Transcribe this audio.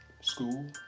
school